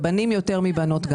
בנים יותר מבנות.